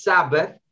Sabbath